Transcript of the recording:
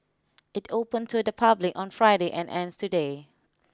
it opened to the public on Friday and ends today